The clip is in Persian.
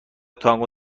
تانگو